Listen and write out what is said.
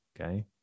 Okay